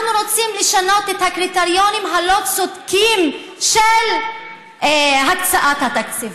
אנחנו רוצים לשנות את הקריטריונים הלא-צודקים של הקצאת התקציבים.